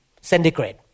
centigrade